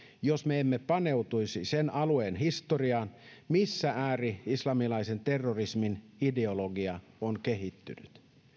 jos me emme paneutuisi sen alueen historiaan missä ääri islamilaisen terrorismin ideologia on kehittynyt